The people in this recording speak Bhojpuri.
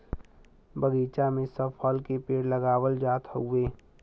बगीचा में सब फल के पेड़ लगावल जात हउवे